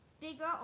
bigger